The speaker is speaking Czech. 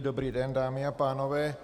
Dobrý den, dámy a pánové.